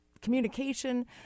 communication